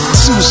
Two